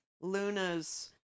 Luna's